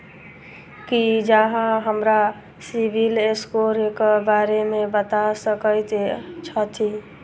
की अहाँ हमरा CIBIL score क बारे मे बता सकइत छथि?